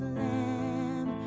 lamb